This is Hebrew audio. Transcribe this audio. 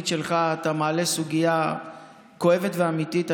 עם הרגישות החברתית שלך אתה מעלה סוגיה כואבת ואמיתית.